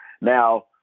Now